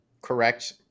correct